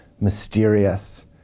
mysterious